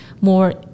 more